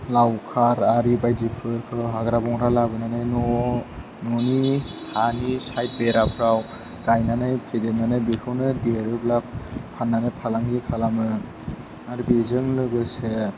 लावखार आरि बायदिफोरखौ हाग्रा बंग्रा लाबोनानै न'नि हानि साइड बेराफोराव गायनानै फेदेरनानै बेखौनो देरोब्ला फाननानै फालांगि खालामो आरो बेजों लोगोसे